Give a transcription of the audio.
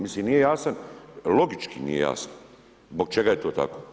Mislim nije jasno, logički nije jasno zbog čega je to tako.